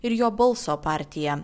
ir jo balso partija